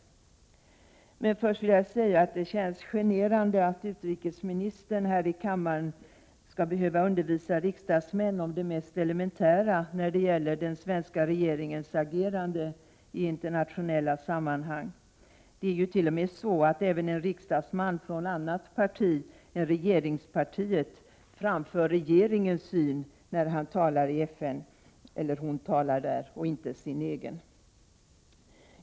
Innan jag fortsätter vill jag emellertid säga att det känns generande att utrikesministern här i kammaren skall behöva undervisa riksdagsmän om det mest elementära när det gäller den svenska regeringens agerande i internationella sammanhang. T.o.m. en riksdagsman från annat parti än regeringspartiet framför ju regeringens syn när han eller hon talar i FN — inte sin egen.